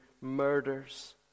murders